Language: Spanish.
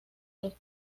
los